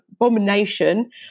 abomination